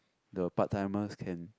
the part timers can